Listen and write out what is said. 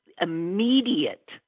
immediate